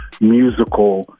musical